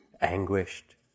anguished